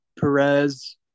Perez –